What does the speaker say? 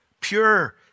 pure